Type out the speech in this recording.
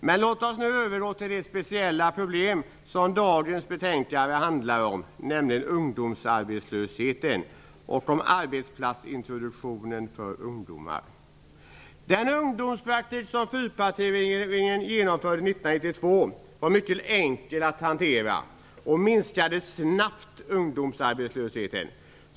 Men låt oss nu övergå till det speciella problem som dagens betänkande handlar om, nämligen ungdomsarbetslösheten och om arbetsplatsintroduktionen för ungdomar. Den ungdomspraktik som fyrpartiregeringen genomförde 1992 var mycket enkel att hantera och minskade snabbt ungdomsarbetslösheten.